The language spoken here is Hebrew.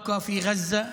נשארים בעזה,